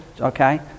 Okay